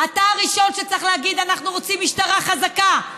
אתה הראשון שצריך להגיד: אנחנו רוצים משטרה חזקה,